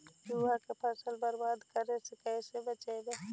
चुहा के फसल बर्बाद करे से कैसे बचाबी?